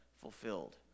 fulfilled